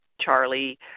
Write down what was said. Charlie